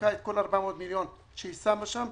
מחקה את כל 400 המיליון שהיא שמה שם.